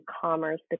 commerce